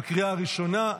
לקריאה הראשונה.